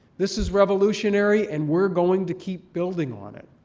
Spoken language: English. this is revolutionary and we're going to keep building on it.